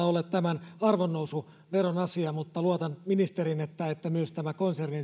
ole tämän arvonnousuveron asia mutta luotan ministeriin että että myös konsernin